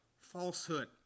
falsehood